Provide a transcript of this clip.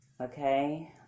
okay